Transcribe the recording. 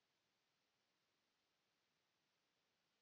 Kiitos.